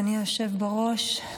אדוני היושב בראש,